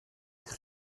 eich